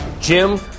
Jim